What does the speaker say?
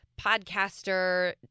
podcaster